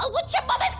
i want your mother's